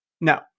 No